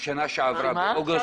לא